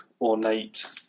ornate